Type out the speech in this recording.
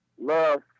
love